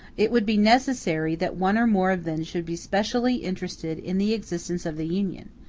it would be necessary that one or more of them should be specially interested in the existence of the union,